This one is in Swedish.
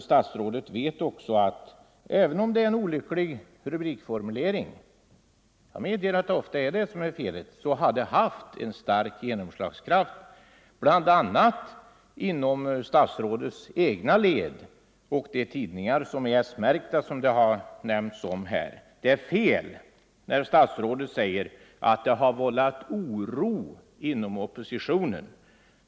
Statsrådet vet också att även om rubrikformuleringen är olycklig — jag medger att det ofta är det som är felet — så har uttalandet stark genomslagskraft bland annat inom statsrådets egna led och inom de märkta tidningar som har nämnts här. Statsrådet har fel när han säger att det har vållat oro inom oppositionen.